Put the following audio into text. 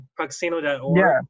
proxino.org